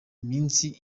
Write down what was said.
iminsi